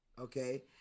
okay